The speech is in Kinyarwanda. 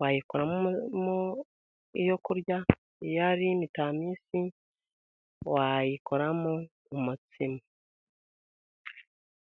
wayikoramo iyo kurya, iyo ari imitamisi wayikoramo umutsima.